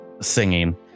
singing